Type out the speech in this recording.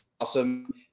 awesome